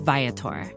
Viator